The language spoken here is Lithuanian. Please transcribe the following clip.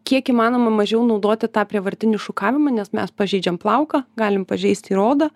kiek įmanoma mažiau naudoti tą prievartinį šukavimą nes mes pažeidžiam plauką galim pažeist ir odą